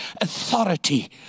authority